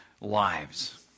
lives